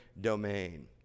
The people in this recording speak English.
domain